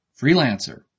Freelancer